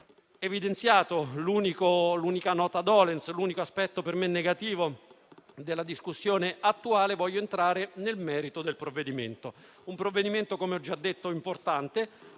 Evidenziata l'unica nota *dolens*, l'unico aspetto per me negativo della discussione attuale, voglio entrare nel merito del provvedimento: un provvedimento - come ho già detto - importante,